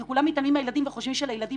כי כולם מתעלמים מהילדים וחושבים שלילדים